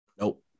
Nope